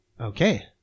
Okay